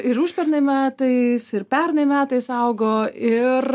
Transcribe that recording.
ir užpernai metais ir pernai metais augo ir